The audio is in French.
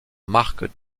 marque